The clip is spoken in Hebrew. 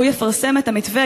שהוא יפרסם את המתווה,